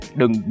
đừng